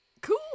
Cool